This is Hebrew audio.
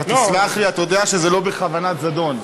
אתה תסלח לי, אתה יודע שזה לא בכוונת זדון.